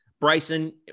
Bryson